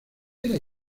era